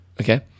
Okay